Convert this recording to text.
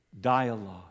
dialogue